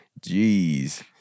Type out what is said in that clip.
Jeez